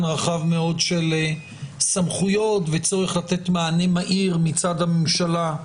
רחב מאוד של סמכויות וצורך לתת מענה מהר מצד הממשלה להתפתחויות,